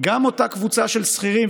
גם אותה קבוצה של שכירים,